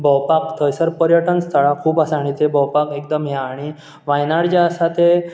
भोंवपाक थंयसर पर्यटन स्थळां खूब आसा आनी तें भोंवपाक एकदम हें हा आनी व्हायनआड जें आसा तें